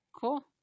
Cool